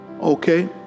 Okay